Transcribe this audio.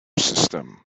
system